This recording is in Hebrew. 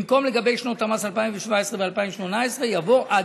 במקום 'לגבי שנות המס 2017 ו-2018' יבוא 'עד